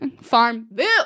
Farmville